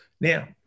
Now